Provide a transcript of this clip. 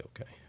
okay